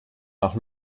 nach